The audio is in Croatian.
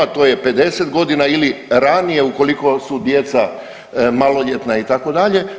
To je 50 godina ili ranije ukoliko su djeca maloljetna itd.